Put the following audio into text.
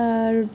আর